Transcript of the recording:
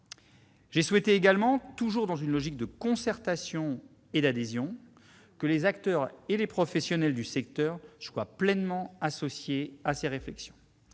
J'ai souhaité également, toujours dans une logique de concertation et d'adhésion, que les acteurs et les professionnels du secteur soient pleinement associés à ces réflexions.